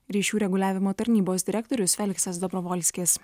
ryšių reguliavimo tarnybos direktorius feliksas dobrovolskis